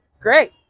Great